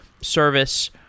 service